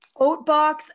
Oatbox